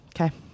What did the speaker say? okay